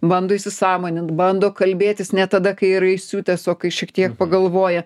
bando įsisąmonint bando kalbėtis ne tada kai yra įsiutęs o kai šiek tiek pagalvoja